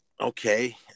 Okay